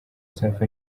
safi